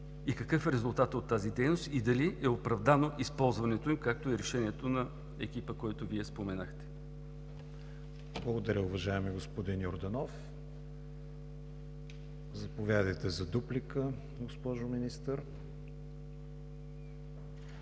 и какъв е резултатът от тази дейност и дали е оправдано използването им, както е решението на екипа, който Вие споменахте? ПРЕДСЕДАТЕЛ КРИСТИАН ВИГЕНИН: Благодаря, уважаеми господин Йорданов. Заповядайте за дуплика, госпожо Министър,